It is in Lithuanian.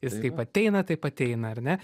jis kaip ateina taip ateina ar ne